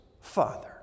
father